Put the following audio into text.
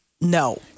No